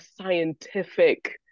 scientific